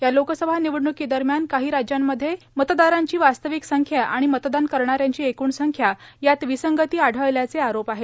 या लोकसभा निवडण्कीदरम्यान काही राज्यांमध्ये मतदारांची वास्तविक संख्या आणि मतदान करणाऱ्यांची एकूण संख्या यात विसंगती आढळल्याचे आरोप आहेत